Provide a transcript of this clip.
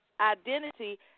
identity